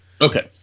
Okay